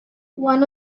one